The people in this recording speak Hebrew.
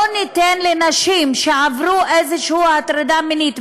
לא ניתן לנשים שעברו איזושהי הטרדה מינית,